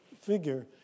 figure